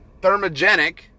thermogenic